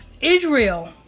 Israel